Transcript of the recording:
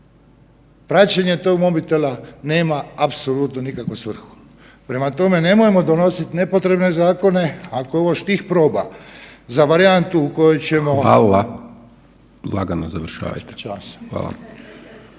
praćenje tog mobitela nema apsolutno nikakvu svrhu. Prema tome, nemojmo donositi nepotrebne zakone ako je ovo štih proba za varijantu u kojoj ćemo …/Upadica: Hvala, lagano završavajte/…Ispričavam